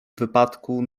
wypadku